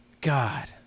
God